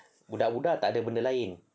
budak-budak tak ada benda lain